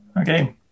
Okay